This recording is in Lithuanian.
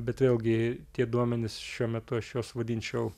bet vėlgi tie duomenys šiuo metu aš juos vadinčiau